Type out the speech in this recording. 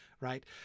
right